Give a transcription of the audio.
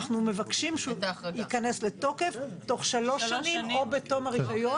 אנחנו מבקשים שהוא ייכנס לתוקף תוך שלוש שנים או בתום הרישיון,